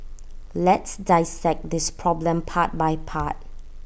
let's dissect this problem part by part